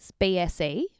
BSE